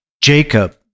Jacob